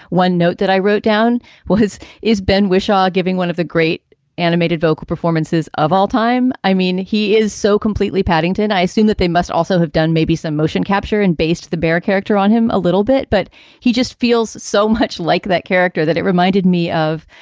one note that i wrote down well has is ben whishaw giving one of the great animated vocal performances of all time. i mean, he is so completely paddington, i assume that they must also have done maybe some motion capture and based the bear character on him a little bit, but he just feels so much like that character that it reminded me of.